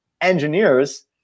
engineers